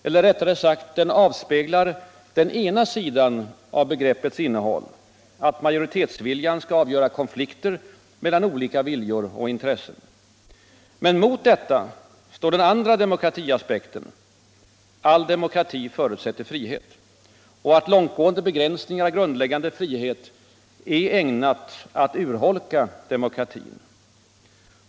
Eller rättare sagt: Den avspeglar den ena sidan av begreppets innehåll — att majoritetsviljan skall avgöra konflikter mellan olika viljor och intressen. Men mot detta står den andra demokratiaspekten — all demokrati förutsätter frihet. Och långtgående begränsningar av grundläggande friheter är ägnade att urholka demokratin.